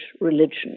religion